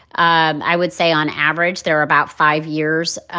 i would say on average, there are about five years.